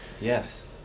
yes